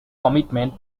commitment